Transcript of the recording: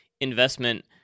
investment